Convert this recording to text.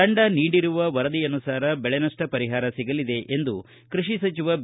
ತಂಡ ನೀಡಿರುವ ವರದಿಯನುಸಾರ ಬೆಳೆನಷ್ಟ ಪರಿಹಾರ ಸಿಗಲಿದೆ ಎಂದು ಕೃಷಿ ಸಚಿವ ಬಿ